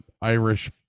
Irish